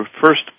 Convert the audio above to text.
first